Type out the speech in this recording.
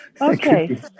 Okay